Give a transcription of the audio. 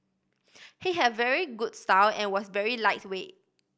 he had a very good style and was very lightweight